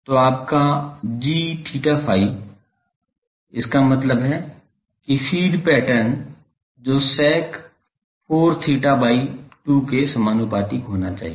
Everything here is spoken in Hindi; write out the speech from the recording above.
तो आपका g𝛳ϕ इसका मतलब है कि फ़ीड पैटर्न जो sec 4 theta by 2 के समानुपातिक होना चाहिए